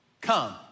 Come